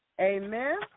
Amen